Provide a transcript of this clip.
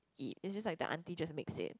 eat it's just like the aunty just mix it